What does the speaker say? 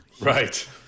right